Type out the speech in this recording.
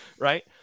Right